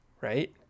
right